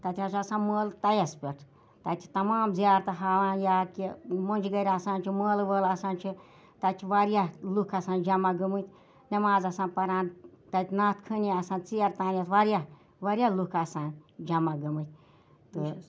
تَتہِ حظ چھُ آسان مٲلہٕ تَیَس پیٚٹھ تَتہِ چھِ تَمام زِیارتہٕ ہاوان یا کہِ مۄنٛجگٕرۍ آسان چھُ مٲلہٕ وٲلہٕ آسان چھ تَتہِ چھِ واریاہ لُکھ آسان جَمع گٔمٕتۍ نٮ۪ماز آسَن پَران تَتہِ نعت خٲنی آسان ژیر تام یَتھ واریاہ واریاہ لُکھ آسان جمع گٔمٕتۍ